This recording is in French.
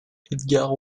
edgar